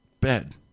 Bed